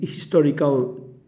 historical